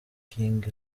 king